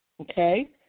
okay